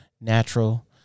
natural